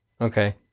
okay